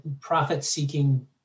profit-seeking